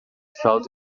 felt